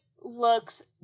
looks